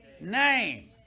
name